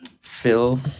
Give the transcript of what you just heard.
Phil